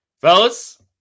Fellas